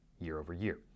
year-over-year